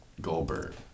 Goldberg